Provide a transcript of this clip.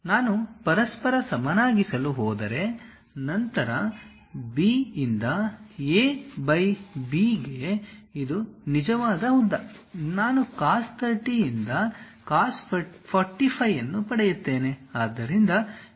ನಾನು ಪರಸ್ಪರ ಸಮನಾಗಿಸಲು ಹೋದರೆ ನಂತರ ಬಿ ಯಿಂದ ಎ ಬೈ ಬಿ ಇದು ನಿಜವಾದ ಉದ್ದ ನಾನು cos 30 ರಿಂದ cos 45 ಅನ್ನು ಪಡೆಯುತ್ತೇನೆ